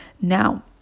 Now